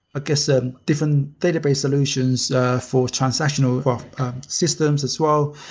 ah guess, ah different database solutions for transactional systems as well.